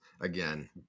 again